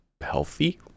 healthy